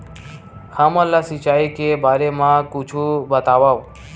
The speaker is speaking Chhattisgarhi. हमन ला सिंचाई के बारे मा कुछु बतावव?